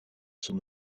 son